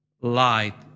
light